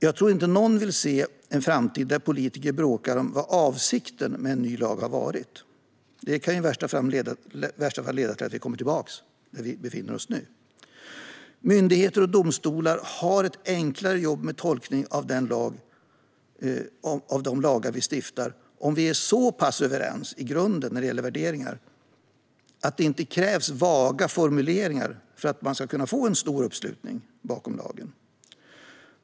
Jag tror inte att någon vill se en framtid där politiker bråkar om vad avsikten med en ny lag var. Det kan i värsta fall leda till att vi kommer tillbaka till den situation vi nu befinner oss i. Myndigheter och domstolar har ett enklare jobb med tolkningen av de lagar vi stiftar om vi är så pass överens i grunden när det gäller värderingar att det inte krävs vaga formuleringar för att nå en stor uppslutning bakom lagen.